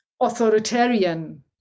authoritarian